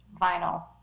Vinyl